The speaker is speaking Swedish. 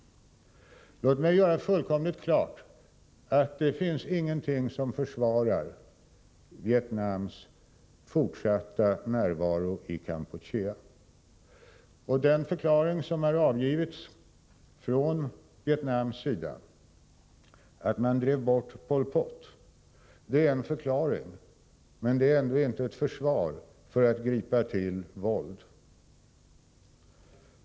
Låt mig göra fullkomligt klart att det inte finns någonting som försvarar Vietnams fortsatta närvaro i Kampuchea. Den förklaring som har avgivits från Vietnams sida — att man drev bort Pol Pot — är en förklaring, men det är ändå inte ett försvar för att gripa till våld.